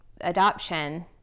adoption